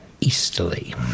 easterly